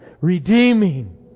redeeming